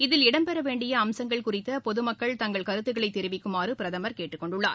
இதில் இடம்பெற வேண்டிய அம்சங்கள் குறித்த பொதுமக்கள் தங்கள் கருத்துகளை தெரிவிக்குமாறு பிரதமர் கேட்டுக் கொண்டுள்ளார்